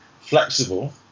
flexible